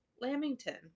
Lamington